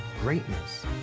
Greatness